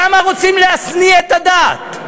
למה רוצים להשניא את הדת?